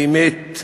האמת,